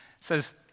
says